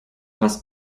was